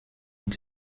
und